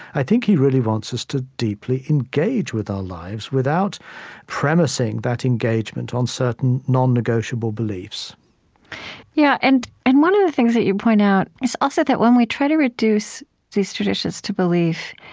i think he really wants us to deeply engage with our lives, without premising that engagement on certain non-negotiable beliefs yeah and and one of the things that you point out is also that when we try to reduce these traditions to belief,